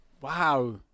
wow